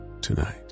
tonight